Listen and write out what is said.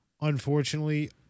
Unfortunately